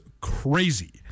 crazy